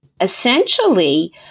Essentially